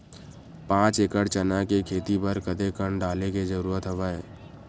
पांच एकड़ चना के खेती बर कते कन डाले के जरूरत हवय?